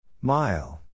Mile